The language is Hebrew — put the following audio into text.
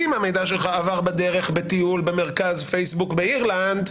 אם המידע שלך עבר בדרך בטיול במרכז פייסבוק באירלנד,